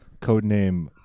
Codename